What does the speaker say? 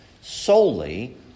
solely